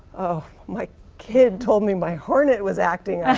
oh my kid told me, my hornet was acting up.